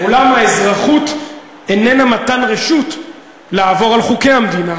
אולם האזרחות איננה מתן רשות לעבור על חוקי המדינה.